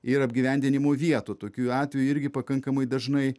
ir apgyvendinimo vietų tokių atvejų irgi pakankamai dažnai